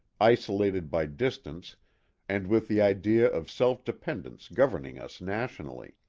isolated by distance and with the idea of self-dependence governing us nationally.